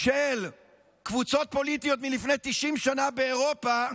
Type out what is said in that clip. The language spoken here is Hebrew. של קבוצות פוליטיות מלפני 90 שנה באירופה,